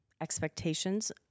expectations